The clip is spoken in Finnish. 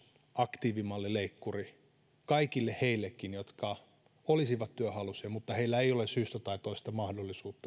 aktiivimallileikkuri kaikille heillekin jotka olisivat työhaluisia mutta joilla ei ole syystä tai toisesta mahdollisuutta